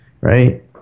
Right